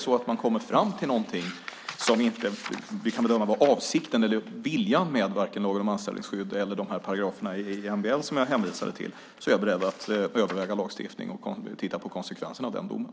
Om man kommer fram till något som vi bedömer inte var avsikten eller viljan med lagen om anställningsskydd eller paragraferna i MBL som jag hänvisade till, är jag beredd att överväga lagstiftningen och titta på konsekvenserna av domen.